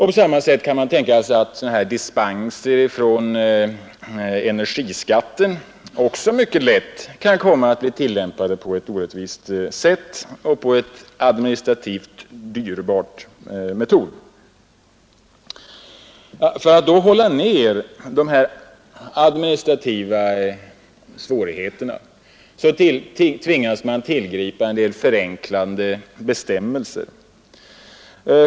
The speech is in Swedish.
På samma sätt kan man tänka sig att dispenser från energiskatten mycket lätt kan komma att tillämpas på ett orättvist sätt och enligt en metod som är administrativt dyrbar. För att då hålla nere de administrativa svårigheterna tvingas man tillgripa en del förenklande bestämmelser.